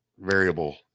variable